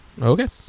okay